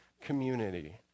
community